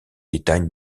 détails